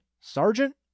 sergeant